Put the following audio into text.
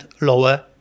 lower